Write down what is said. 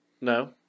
No